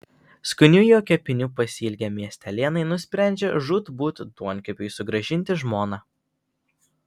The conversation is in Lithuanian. skanių jo kepinių pasiilgę miestelėnai nusprendžia žūtbūt duonkepiui sugrąžinti žmoną